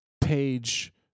page